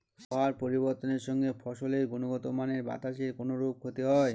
আবহাওয়ার পরিবর্তনের সঙ্গে ফসলের গুণগতমানের বাতাসের কোনরূপ ক্ষতি হয়?